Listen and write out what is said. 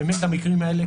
באמת המקרים האלה,